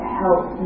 help